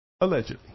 Allegedly